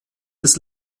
des